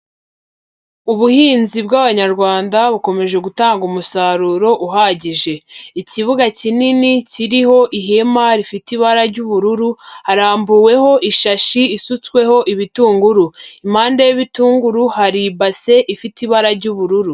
Ubuhinzi bw'Abanyarwanda bukomeje gutanga umusaruro uhagije, ikibuga kinini kiriho ihema rifite ibara ry'ubururu, harambuweho ishashi isutsweho ibitunguru, impande y'ibitunguru hari ibase ifite ibara ry'ubururu.